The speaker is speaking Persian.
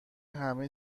همه